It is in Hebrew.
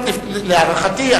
להערכתי,